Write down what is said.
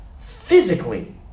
Physically